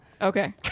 Okay